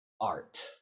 art